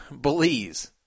Belize